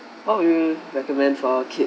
what would you recommend for kid